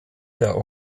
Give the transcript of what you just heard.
der